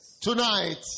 Tonight